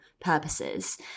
purposes